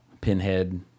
Pinhead